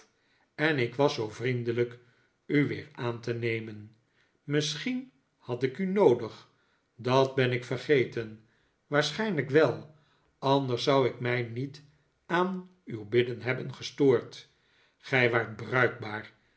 en ik was zoo vriendelijk u weer aan te nemen misschien had ik u noodig dat ben ik vergeten waarschijnlijk wel anders zou ik mij niet aan uw bidden hebben gestoord gij waart bruikbaar